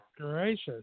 gracious